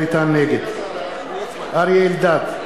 נגד אריה אלדד,